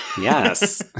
Yes